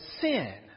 sin